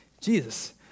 Jesus